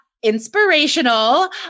inspirational